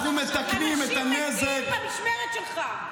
אנחנו מתקנים את הנזק --- אנשים מתים במשמרת שלך.